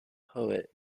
poet